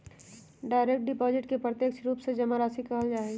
direct deposit के प्रत्यक्ष रूप से जमा राशि कहल जा हई